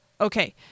Okay